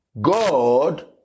God